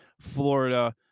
Florida